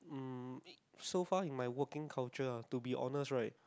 um so far in my working culture ah to be honest right